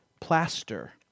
plaster